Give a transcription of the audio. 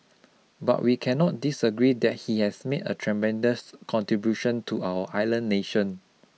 but we cannot disagree that he has made a tremendous contribution to our island nation